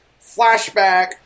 flashback